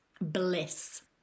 Bliss